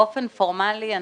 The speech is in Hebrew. באופן פורמלי,